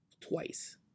twice